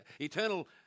eternal